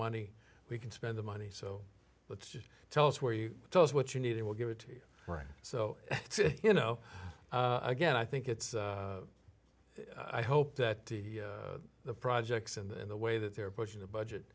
money we can spend the money so let's just tell us where you tell us what you need it we'll give it to you right so you know again i think it's i hope that the projects in the way that they're pushing the budget